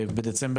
בדצמבר